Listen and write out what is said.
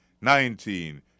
nineteen